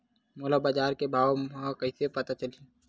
मोला बजार के भाव ह कइसे पता चलही?